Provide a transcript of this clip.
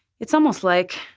it's almost like,